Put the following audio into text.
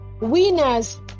Winners